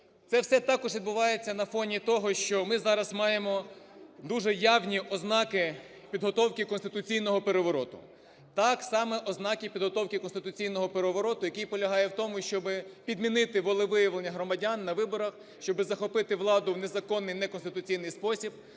це все також відбувається на фоні того, що ми зараз маємо дуже явні ознаки підготовки конституційного перевороту. Так, саме ознаки підготовки конституційного перевороту, який полягає в тому, щоби підмінити волевиявлення громадян на виборах, щоби захопити владу в незаконний, неконституційний спосіб.